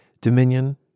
Dominion